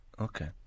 Okay